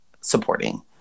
supporting